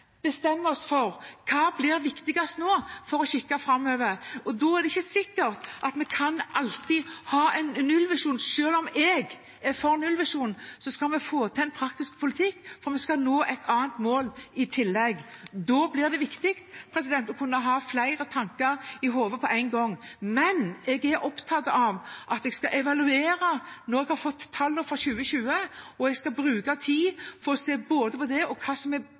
bestemme oss for hva som blir viktigst nå for å se framover, og da er det ikke sikkert at vi alltid kan ha en nullvisjon. Selv om jeg er for en nullvisjon, skal vi få til en praktisk politikk, for vi skal nå et annet mål i tillegg. Da blir det viktig å kunne ha flere tanker i hodet på en gang. Men jeg er opptatt av at jeg skal evaluere når jeg har fått tallene fra 2020, og jeg skal bruke tid på både å se på det og på hva som er